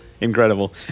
Incredible